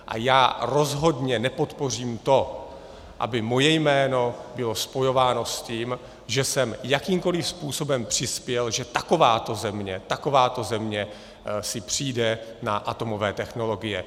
A já rozhodně nepodpořím to, aby moje jméno bylo spojováno s tím, že jsem jakýmkoliv způsobem přispěl, že takováto země , takováto země si přijde na atomové technologie.